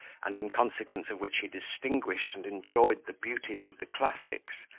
and in consequence of which he distinguished and enjoyed the beauties of the classics,